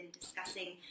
discussing